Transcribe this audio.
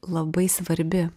labai svarbi